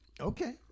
Okay